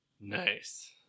Nice